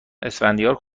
اسفندیار